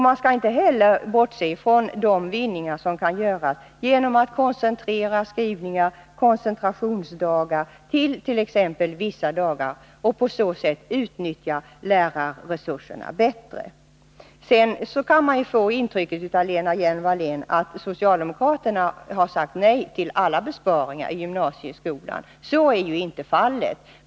Vi skall inte heller bortse från de vinningar som kan göras genom att skrivningar och koncentrationsdagar sammanförs till vissa dagar. På så sätt kan man utnyttja lärarresurserna bättre. Man kan få intrycket av Lena Hjelm-Wallén att socialdemokraterna har sagt nej till alla besparingar i gymnasieskolan. Så är inte fallet.